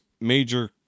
major